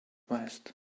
west